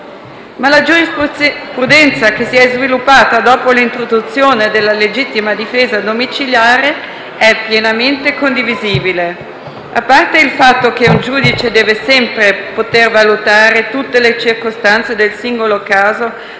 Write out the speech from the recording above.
Ma la giurisprudenza che si è sviluppata dopo l'introduzione della legittima difesa domiciliare è pienamente condivisibile. A parte il fatto che il giudice deve sempre poter valutare tutte le circostanze del singolo caso